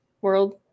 world